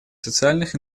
социальных